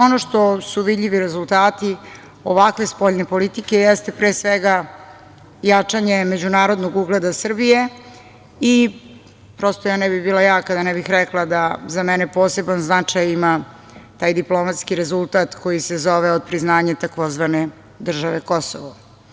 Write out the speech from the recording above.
Ono što su vidljivi rezultati ovakve spoljne politike jeste pre svega jačanje međunarodnog ugleda Srbije i prosto ja ne bih bila ja kada ne bih rekla da za mene poseban značaj ima taj diplomatski rezultat koji se zove otpriznanje tzv. države Kosovo.